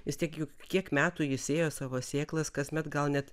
vis tiek juk kiek metų ji sėjo savo sėklas kasmet gal net